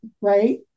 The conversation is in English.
right